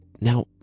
now